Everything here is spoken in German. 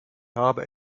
habe